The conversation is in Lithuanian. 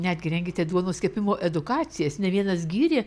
netgi rengiate duonos kepimo edukacijas ne vienas gyrė